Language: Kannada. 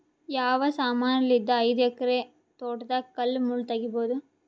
ಯಾವ ಸಮಾನಲಿದ್ದ ಐದು ಎಕರ ತೋಟದಾಗ ಕಲ್ ಮುಳ್ ತಗಿಬೊದ?